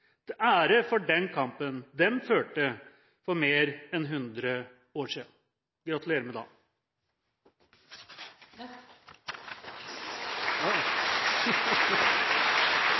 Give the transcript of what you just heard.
ære for den kampen de førte for mer enn 100 år